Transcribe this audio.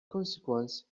consequence